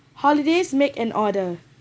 holidays make an order